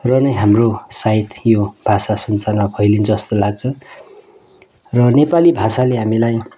र नै हाम्रो सायद यो भाषा संसारमा फैलिन्छ जस्तो लाग्छ र नेपाली भाषाले हामीलाई